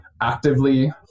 actively